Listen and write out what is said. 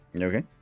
Okay